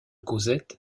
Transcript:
cosette